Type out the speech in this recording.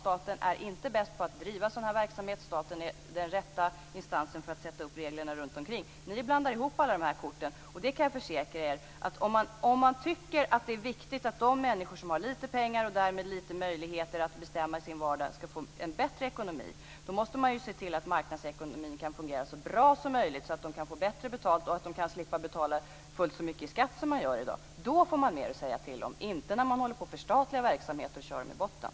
Staten är inte bäst på att driva sådan verksamhet. Staten är den rätta instansen för att sätta upp reglerna runtomkring. Ni blandar ihop alla dessa kort. Om man tycker att det är viktigt att de människor som har lite pengar och därmed få möjligheter att bestämma över sin vardag skall få en bättre ekonomi kan jag försäkra er att man måste se till att marknadsekonomin kan fungera så bra som möjligt. Då kan dessa människor få bättre betalt och slippa betala fullt så mycket i skatt som de gör i dag, och då får de mer att säga till om. Det sker inte när man förstatligar verksamheter och kör dem i botten.